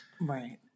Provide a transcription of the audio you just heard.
Right